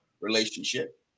relationship